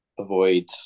Avoid